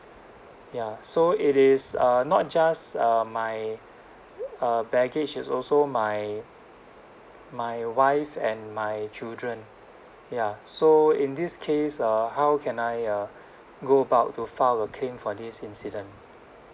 ya so it is uh not just uh my uh baggage is also my my wife and my children ya so in this case uh how can I uh go about to file a claim for this incident